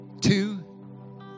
Two